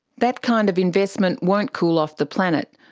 that kind of investment won't cool off the planet.